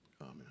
Amen